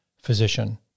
physician